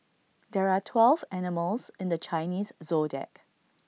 there are twelve animals in the Chinese Zodiac